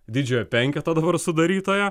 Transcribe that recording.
didžiojo penketo dabar sudarytojo